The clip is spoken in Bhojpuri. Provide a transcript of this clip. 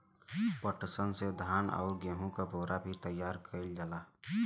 पटसन से धान आउर गेहू क बोरा भी तइयार कइल जाला